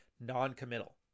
non-committal